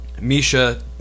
Misha